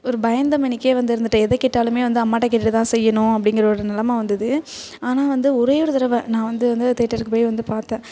ஒரு பயந்தமேனிக்கே வந்து இருந்துட்டேன் எது கேட்டாலும் வந்து அம்மாட்ட கேட்டுட்டுதான் செய்யணும் அப்படிங்கிற ஒரு நெலமை வந்தது ஆனால் வந்து ஒரே ஒரு தடவ நான் வந்து வந்து தேட்டருக்கு போய் வந்து பார்த்தேன்